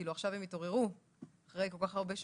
כאילו עכשיו הם התעוררו אחרי כל כך הרבה שנים?